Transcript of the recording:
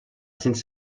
sens